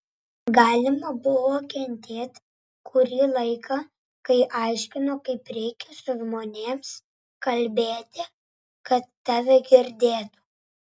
galima buvo kentėt kurį laiką kai aiškino kaip reikia su žmonėms kalbėti kad tave girdėtų